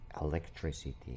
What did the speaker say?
electricity